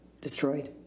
destroyed